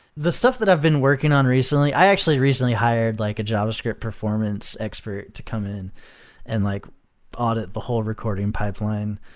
the stuff that i've been working on recently i actually recently hired like a javascript performance expert to come in and like audit the whole recording pipeline,